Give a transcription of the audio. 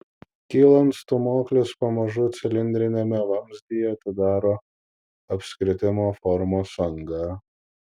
kylant stūmoklis pamažu cilindriniame vamzdyje atidaro apskritimo formos angą